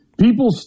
people